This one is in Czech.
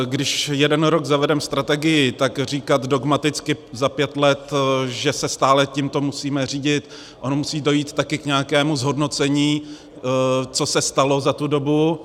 Když jeden rok zavedeme strategii, tak říkat dogmaticky za pět let, že se stále tímto musíme řídit, ono musí dojít taky k nějakému zhodnocení, co se stalo za tu dobu.